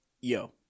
yo